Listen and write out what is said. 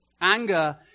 Anger